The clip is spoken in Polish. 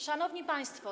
Szanowni Państwo!